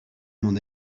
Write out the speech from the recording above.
mon